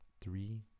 three